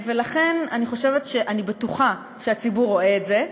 ולכן אני חושבת, אני בטוחה שהציבור רואה את זה,